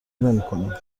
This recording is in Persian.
نمیکنه